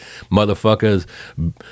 motherfuckers